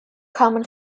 common